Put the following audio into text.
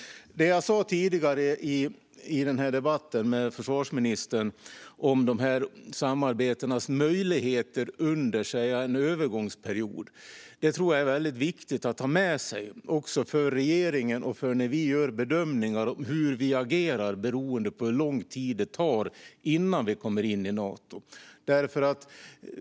Det jag sa tidigare i debatten med försvarsministern om de här samarbetenas möjligheter under en övergångsperiod tror jag är viktigt att ha med sig, också för regeringen, i våra bedömningar och hur vi agerar beroende på hur lång tid det tar innan vi kommer in i Nato.